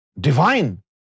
divine